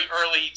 early